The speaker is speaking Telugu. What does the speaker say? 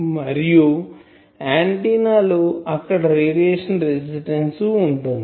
మరియు ఆంటిన్నా లో అక్కడ రేడియేషన్ రెసిస్టెన్సు ఉంటుంది